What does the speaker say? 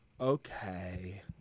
Okay